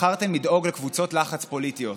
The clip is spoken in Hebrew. בחרתם לדאוג לקבוצות לחץ פוליטיות,